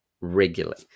regularly